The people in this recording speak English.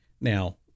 Now